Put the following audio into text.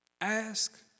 ask